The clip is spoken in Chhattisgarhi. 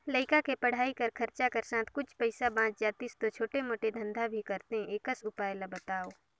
लइका के पढ़ाई कर खरचा कर साथ कुछ पईसा बाच जातिस तो छोटे मोटे धंधा भी करते एकस उपाय ला बताव?